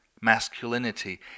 masculinity